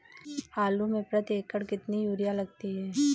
आलू में प्रति एकण कितनी यूरिया लगती है?